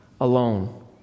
alone